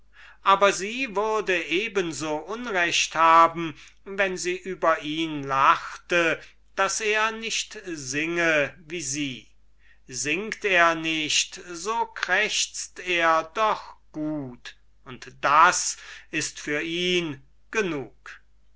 aber sie würde eben so unrecht haben wenn sie über ihn lachte daß er nicht singe wie sie er singt nicht aber er krächzt doch gut und das ist für ihn genug